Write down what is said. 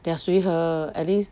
they are 随和 at least